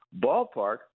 ballpark